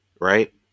Right